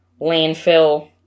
landfill